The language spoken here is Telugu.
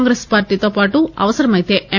కాంగ్రెస్ పార్టీతో పాటు అవసరమైతే ఎమ్